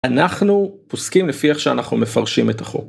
אנחנו פוסקים לפי איך שאנחנו מפרשים את החוק.